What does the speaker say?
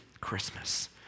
Christmas